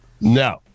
No